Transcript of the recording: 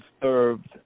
disturbed